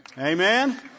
Amen